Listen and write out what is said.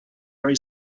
very